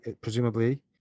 Presumably